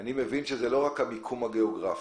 אני מבין שלא מדובר רק על המיקום הגאוגרפי.